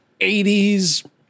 80s